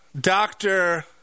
doctor